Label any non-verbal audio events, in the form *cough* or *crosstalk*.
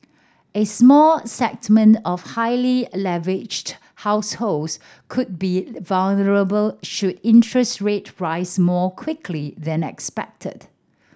a small settlement of highly leveraged households could be *unintelligible* vulnerable should interest rate *unintelligible* rise more quickly than expected